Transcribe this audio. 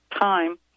time